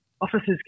officers